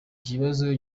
ikibazo